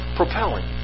propelling